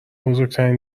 بزرگترین